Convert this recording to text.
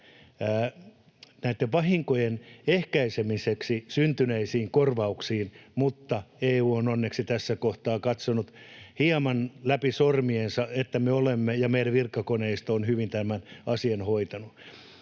näitten vahinkojen ehkäisemiseksi syntyneisiin korvauksiin, mutta EU on onneksi tässä kohtaa katsonut hieman läpi sormiensa, että me ja meidän virkakoneistomme olemme hyvin tämän asian hoitaneet.